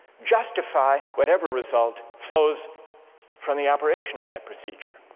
justify whatever result flows from the operation of that procedure?